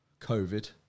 covid